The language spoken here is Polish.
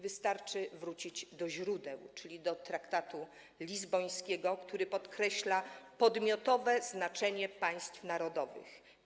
Wystarczy wrócić do źródeł, czyli do traktatu lizbońskiego, który podkreśla podmiotowe znaczenie państw narodowych.